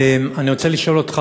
אני רוצה לשאול אותך,